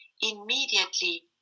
immediately